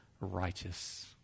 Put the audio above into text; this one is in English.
righteous